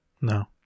No